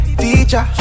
teacher